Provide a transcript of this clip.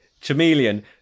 Chameleon